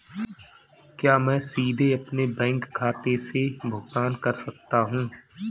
क्या मैं सीधे अपने बैंक खाते से भुगतान कर सकता हूं?